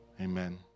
Amen